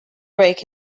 break